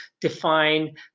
define